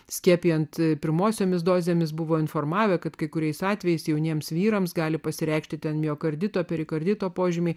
skiepijant pirmosiomis dozėmis buvo informavę kad kai kuriais atvejais jauniems vyrams gali pasireikšti ten miokardito perikardito požymiai